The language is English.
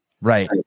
Right